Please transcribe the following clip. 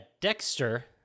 Dexter